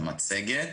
המצגת.